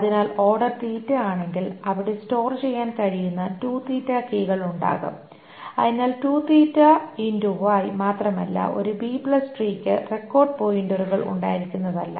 അതിനാൽ ഓർഡർ ആണെങ്കിൽ അവിടെ സ്റ്റോർ ചെയ്യാൻ കഴിയുന്ന കീകൾ ഉണ്ടാകും അതിനാൽ മാത്രവുമല്ല ഒരു ബി ട്രീയ്ക്ക് B tree റെക്കോർഡ് പോയിന്ററുകൾ ഉണ്ടായിരിക്കുന്നതല്ല